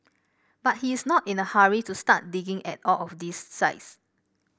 but he is not in a hurry to start digging at all of these sites